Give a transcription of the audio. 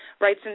right